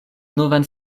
novan